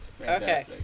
Okay